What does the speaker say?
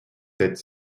sept